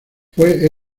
fue